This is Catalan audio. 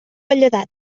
velledat